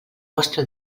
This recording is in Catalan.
vostra